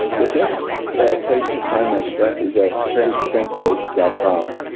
the best place to find my stuff is at strengthsensei dot com.